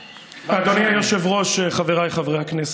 אדוני היושב-ראש, חבריי חברי הכנסת,